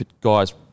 guys